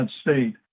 State